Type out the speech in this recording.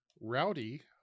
Rowdy